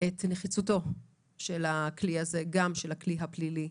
את נחיצותו של הכלי הזה, גם של הכלי הפלילי,